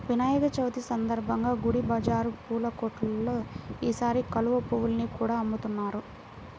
వినాయక చవితి సందర్భంగా గుడి బజారు పూల కొట్టుల్లో ఈసారి కలువ పువ్వుల్ని కూడా అమ్ముతున్నారు